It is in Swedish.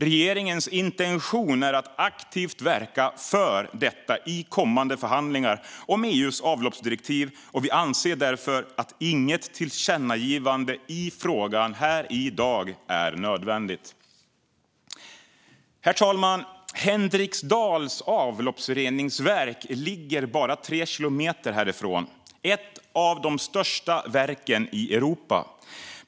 Regeringens intention är att aktivt verka för detta i kommande förhandlingar om EU:s avloppsdirektiv, och vi anser därför att inget tillkännagivande i frågan här i dag är nödvändigt. Henriksdals avloppsreningsverk ligger bara tre kilometer härifrån. Det är ett av de största verken i Europa.